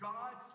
God